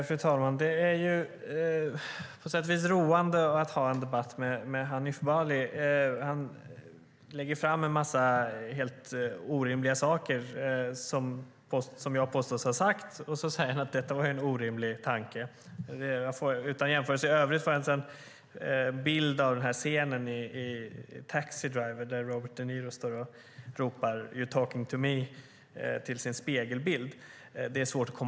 Fru talman! Det är på sätt och vis roande att ha en debatt med Hanif Bali. Han lägger fram en massa helt orimliga saker som jag påstås ha sagt, och sedan säger han att detta var en orimlig tanke. Utan jämförelse i övrigt får jag en bild av scenen i Taxi Driver där Robert de Niro står och ropar till sin spegelbild: You talking to me?